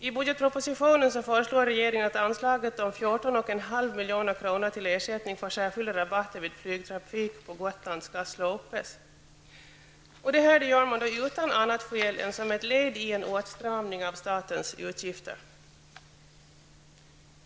I budgetpropositionen föreslår regeringen att anslaget på 14,5 milj.kr. till ersättning för särskilda rabatter vid flygtrafik på Gotland skall slopas. Detta sker utan annat skäl än att man vill åstadkomma en åtstramning av statens utgifter.